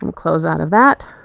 um close out of that.